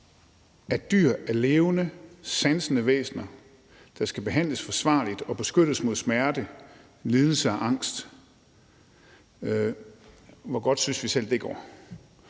at dyr er levende, sansende væsener, der skal behandles forsvarligt og beskyttes mod smerte, lidelse og angst. Hvor godt synes vi selv det går?